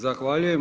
Zahvaljujem.